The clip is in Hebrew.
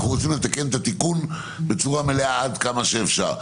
ואנחנו רוצים לתקן את התיקון בצורה מלאה עד כמה שאפשר.